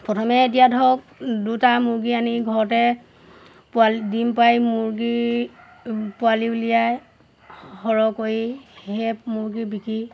প্ৰথমে এতিয়া ধৰক দুটা মুৰ্গী আনি ঘৰতে পোৱালি ডিম পাই মুৰ্গী পোৱালি উলিয়াই সৰহকৈ সেই মুৰ্গী বিক্ৰী